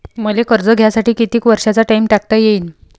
मले कर्ज घ्यासाठी कितीक वर्षाचा टाइम टाकता येईन?